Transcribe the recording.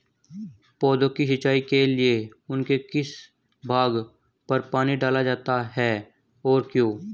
पौधों की सिंचाई के लिए उनके किस भाग पर पानी डाला जाता है और क्यों?